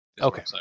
okay